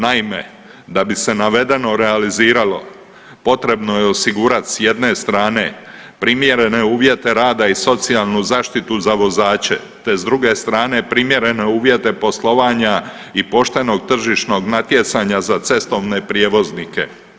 Naime, da bi se navedeno realizirano potrebno je osigurati s jedne strane primjerene uvjete rada i socijalnu zaštitu za vozač te s druge strane primjerene uvjete poslovanja i poštenog tržišnog natjecanja za cestovne prijevoznike.